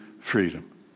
freedom